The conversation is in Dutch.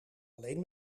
alleen